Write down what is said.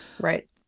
Right